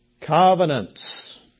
covenants